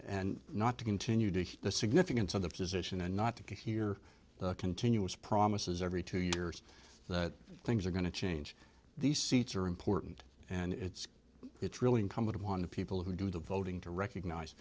and not to continue to the significance of that position and not to get here the continuous promises every two years that things are going to change these seats are important and it's it's really incumbent upon the people who do the voting to recognize